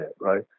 right